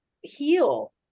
heal